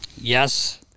Yes